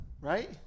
Right